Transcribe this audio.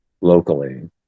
locally